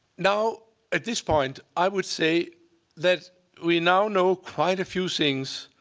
now at this point, i would say that we now know quite a few things